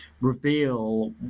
reveal